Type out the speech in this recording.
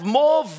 more